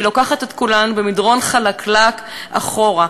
ולוקחת את כולנו במדרון חלקלק אחורה,